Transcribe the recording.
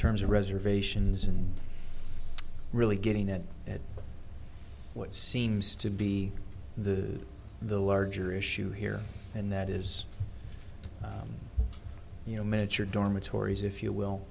terms of reservations and really getting at what seems to be the the larger issue here and that is you know miniature dormitories if you